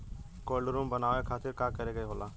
Cold room बनावे खातिर का करे के होला?